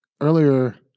earlier